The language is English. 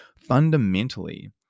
fundamentally